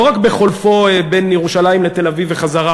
לא רק בחולפו בכביש שבין ירושלים לתל-אביב וחזרה